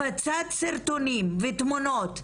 הפצת סרטונים ותמונות,